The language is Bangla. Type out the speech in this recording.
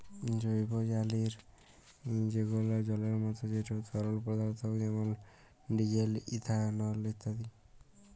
জৈবজালালী যেগলা জলের মত যেট তরল পদাথ্থ যেমল ডিজেল, ইথালল ইত্যাদি